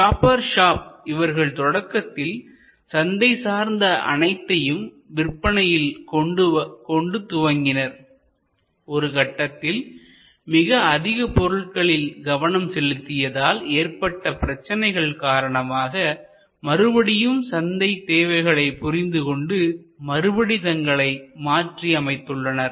shopper shop இவர்கள் தொடக்கத்தில் சந்தை சார்ந்த அனைத்தையும் விற்பனையில் கொண்டு துவங்கினர் ஒரு கட்டத்தில் மிக அதிகப் பொருள்களின் கவனம் செலுத்தியததால் ஏற்பட்ட பிரச்சனைகள் காரணமாக மறுபடியும் சந்தை தேவைகளைப் புரிந்துகொண்டு மறுபடி தங்களை மாற்றி அமைத்துள்ளனர்